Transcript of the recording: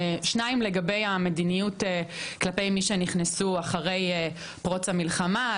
שניים לגבי המדיניות כלפי מי שנכנסו אחרי פרוץ המלחמה.